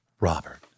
Robert